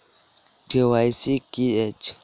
ई KYC की अछि?